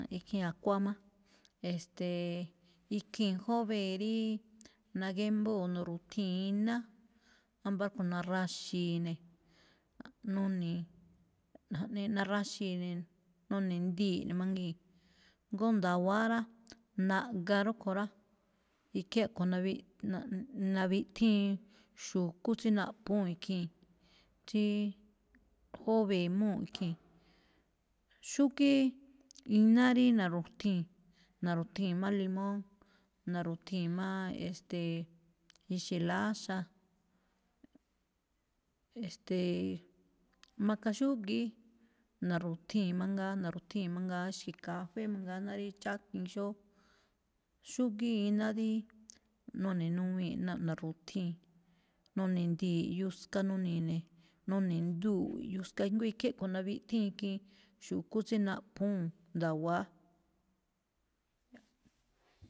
Ikhiin akuán máꞌ, e̱ste̱e̱, ikhii̱n jóve̱e̱ ríí nagémbóo̱ nu̱ru̱thii̱n iná, ámbá rúꞌkho̱ naraxi̱i̱ ne̱, nuni̱i̱, jaꞌnee naraxi̱i̱ ne̱, none̱ndii̱ ne̱ mangii̱n, ngóo nda̱wa̱á rá, naꞌga ruꞌkho̱ rá, ikín a̱ꞌkho̱ naviꞌ-naviꞌtíin xu̱kú tsí naꞌphúu̱n ikhii̱n, tsíí jóve̱e̱ꞌ múu̱ ikhii̱n. xúgíí iná rí na̱ru̱thii̱n, na̱ru̱thii̱n má limón, na̱ru̱thii̱n má, e̱ste̱e̱, ixe̱ láxa̱, e̱ste̱e̱, maka xúgi̱í na̱ru̱thii̱n mangaa, na̱ru̱thii̱n mangaa xi̱ kafé manngaa ná rí chákiin xóó. Xúgíí iná rí none̱nuwii̱n na- na̱ra̱thii̱n, none̱ꞌdii̱n yuska nuni̱i̱ ne̱, none̱nduu̱ꞌ yuska jngó ikhín a̱ꞌkho̱ naviꞌthíin khiin xu̱kú tsí naꞌphúu̱n nda̱wa̱á.